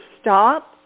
stop